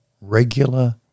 regular